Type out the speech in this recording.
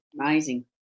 amazing